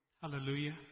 Hallelujah